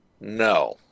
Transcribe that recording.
No